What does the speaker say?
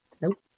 Nope